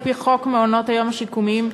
על-פי חוק מעונות-יום שיקומיים,